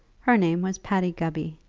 her name was patty gubby.